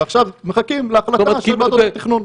ועכשיו מחכים להחלטה של ועדות התכנון.